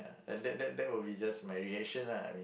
that that that will just be my reaction lah I mean